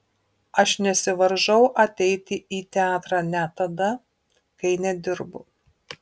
aš nesivaržau ateiti į teatrą net tada kai nedirbu